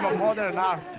modern art